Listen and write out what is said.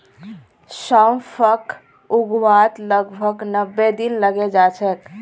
सौंफक उगवात लगभग नब्बे दिन लगे जाच्छे